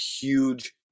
huge